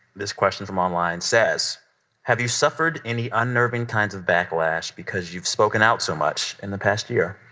this question from online says have you suffered any unnerving kinds of backlash because you've spoken out so much in the past year?